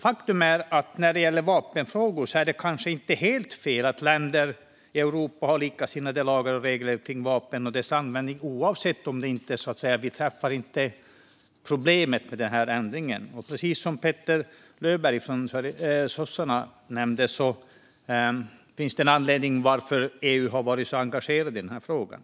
Faktum är att när det gäller vapenfrågor är det kanske inte helt fel att länder i Europa har likartade lagar och regler kring vapen och deras användning, oavsett om vi träffar problemet med den här ändringen eller inte. Precis som Petter Löberg från Socialdemokraterna nämnde finns det en anledning till att EU har varit så engagerat i den här frågan.